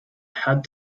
had